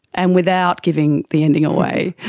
and, without giving the ending away,